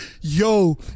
Yo